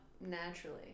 naturally